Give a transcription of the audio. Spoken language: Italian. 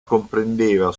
comprendeva